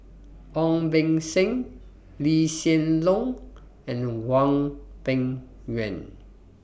Ong Beng Seng Lee Hsien Loong and Hwang Peng Yuan